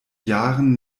jahren